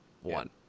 one